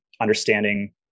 understanding